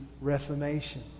reformation